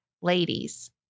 Ladies